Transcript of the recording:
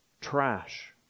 trash